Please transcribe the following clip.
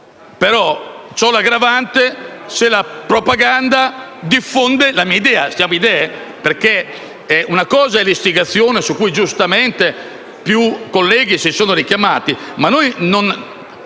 però c'è l'aggravante se la propaganda diffonde la mia idea. Una cosa è l'istigazione, su cui giustamente più colleghi si sono richiamati, ma noi non